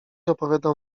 opowiadał